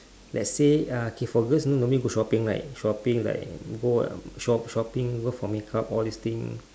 let's say ah okay for girls you know normally go shopping right shopping like go um shop~ shopping go for makeup all these thing